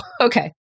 Okay